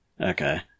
Okay